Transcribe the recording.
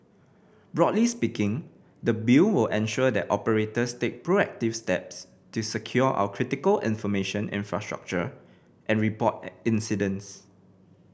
broadly speaking the Bill will ensure that operators take proactive steps to secure our critical information infrastructure and report incidents